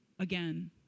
Again